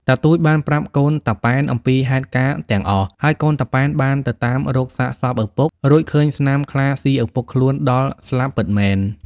តាទូចបានប្រាប់កូនតាប៉ែនអំពីហេតុការណ៍ទាំងអស់ ហើយកូនតាប៉ែនបានទៅតាមរកសាកសពឪពុក រួចឃើញស្នាមខ្លាស៊ីឪពុកខ្លួនដល់ស្លាប់ពិតមែន។